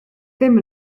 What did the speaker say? ddim